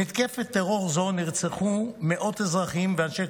במתקפת טרור זו נרצחו מאות אזרחים ואנשי